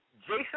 Jason